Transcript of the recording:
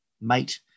mate